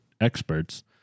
experts